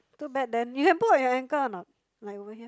too bad then you can put on your ankle or not like over here